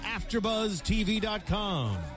AfterBuzzTV.com